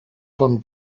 von